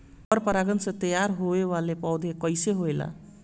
पर परागण से तेयार होने वले पौधे कइसे होएल?